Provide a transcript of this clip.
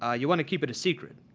ah you want to keep it a secret.